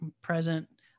present